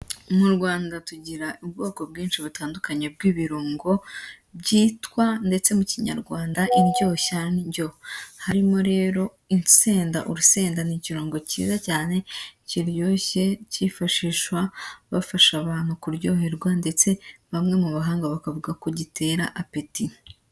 Mu Rwanda tugira ubwoko bwinshi butandukanye bw'ibirungo byitwa ndetse mu kinyarwanda indyoshyandyo, harimo rero insenda; urusenda ni igirungo cyiza cyane kiryoshye, cyifashishwa bafasha abantu kuryoherwa ndetse bamwe mu bahanga bakavuga ko gitera apeti.